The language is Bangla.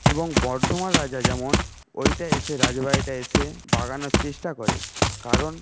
এবং বর্ধমান রাজা যেমন ওইটা এসে রাজবাড়িটা এসে বাগানোর চেষ্টা করে কারণ